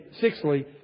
sixthly